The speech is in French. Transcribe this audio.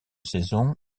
saison